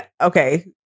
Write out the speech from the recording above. Okay